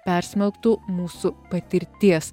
persmelktų mūsų patirties